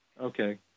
Okay